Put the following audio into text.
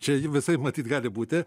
čia visaip matyt gali būti